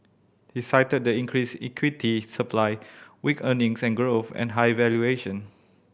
he cited the increased equity supply weak earnings and growth and high valuation